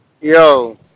Yo